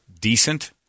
decent